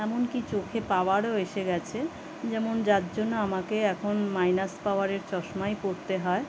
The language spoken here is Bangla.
এমনকি চোখে পাওয়ারও এসে গেছে যেমন যার জন্য আমাকে এখন মাইনাস পাওয়ারের চশমাই পরতে হয়